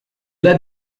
led